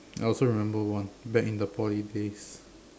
I also remember one back in the Poly days